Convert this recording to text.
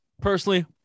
personally